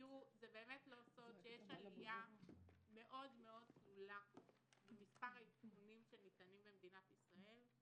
אין זה סוד שיש עלייה תלולה מאוד במספר האבחונים שניתנים במדינת ישראל.